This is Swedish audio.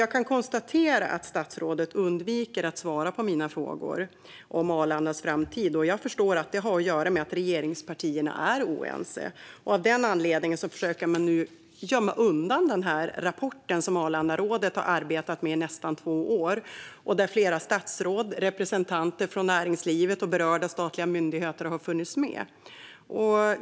Jag kan konstatera att statsrådet undviker att svara på mina frågor. Jag förstår att det har att göra med att regeringspartierna är oense. Av den anledningen försöker man nu gömma undan den rapport som Arlandarådet har arbetat med i nästan två år, där flera statsråd, representanter för näringslivet och berörda statliga myndigheter har funnits med.